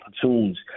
platoons